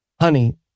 Honey